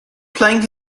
playing